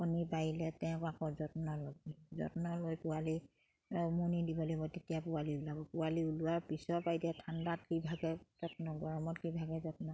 কণী পাৰিলে তেওঁক আকৌ যত্ন যত্ন লৈ পোৱালি মুনি দিব লাগিব তেতিয়া পোৱালি ওলাব পোৱালি ওলোৱাৰ পিছৰ পৰাই এতিয়া ঠাণ্ডাত কিভাগে যত্ন গৰমত কিভাগে যত্ন